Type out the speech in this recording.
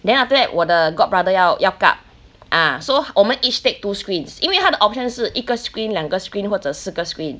then after that 我的 god brother 要要 gub ah so 我们 each take two screens 因为它的 option 是一个 screen 两个 screen 或者四个 screen